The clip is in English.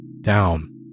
down